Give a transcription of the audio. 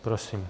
Prosím.